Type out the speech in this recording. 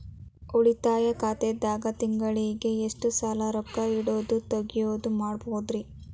ಉಳಿತಾಯ ಖಾತೆದಾಗ ತಿಂಗಳಿಗೆ ಎಷ್ಟ ಸಲ ರೊಕ್ಕ ಇಡೋದು, ತಗ್ಯೊದು ಮಾಡಬಹುದ್ರಿ?